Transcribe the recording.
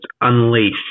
unleashed